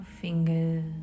fingers